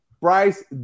Bryce